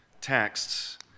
texts